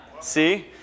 See